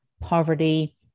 poverty